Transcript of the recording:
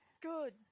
Good